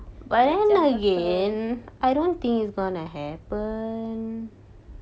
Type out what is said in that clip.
macam betul